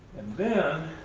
and then,